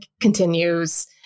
continues